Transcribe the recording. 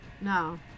No